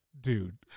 dude